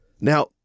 Now